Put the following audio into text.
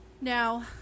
Now